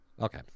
Okay